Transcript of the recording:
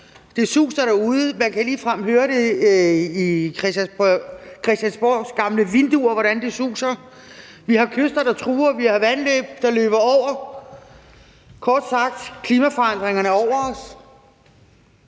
Det suser derude; man kan ligefrem høre på Christiansborgs gamle vinduer, hvordan det suser. Vi har kyster, der er truet. Vi har vandløb, der løber over. Kort sagt: Klimaforandringerne er over os.